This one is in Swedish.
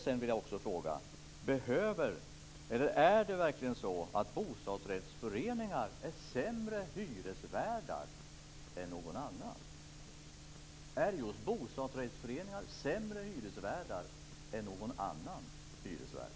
Sedan vill jag också fråga: Är det verkligen så att just bostadsrättsföreningar är sämre hyresvärdar än någon annan hyresvärd?